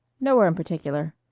nowhere in particular.